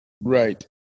Right